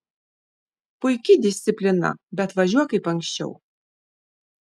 puiki disciplina bet važiuok kaip anksčiau